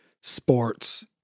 sports